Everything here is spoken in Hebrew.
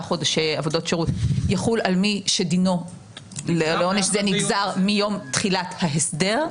חודשי עבודות שירות יחול על מי שדינו לעונש נגזר מיום תחילת ההסדר?